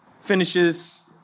finishes